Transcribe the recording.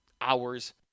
hours